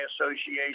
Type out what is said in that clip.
Association